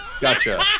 Gotcha